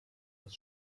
das